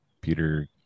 Peter